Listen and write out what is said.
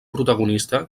protagonista